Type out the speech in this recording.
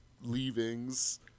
leavings